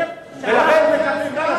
אתה סתם מדבר,